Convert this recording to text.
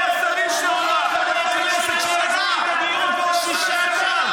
לערבים שלא משכירים להם דירות בצפת,